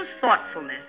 thoughtfulness